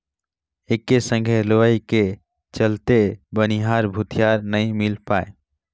एके संघे लुवई के चलते बनिहार भूतीहर नई मिल पाये